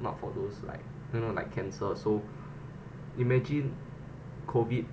not for those like you know like cancer so imagine COVID